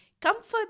comfort